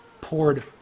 poured